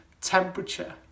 temperature